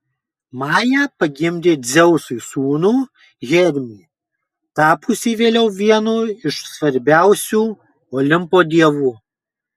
maja pagimdė dzeusui sūnų hermį tapusį vėliau vienu iš svarbiausių olimpo dievų